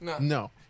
no